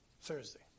Thursday